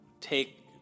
take